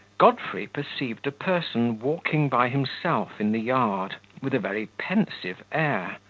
godfrey perceived a person walking by himself in the yard, with a very pensive air,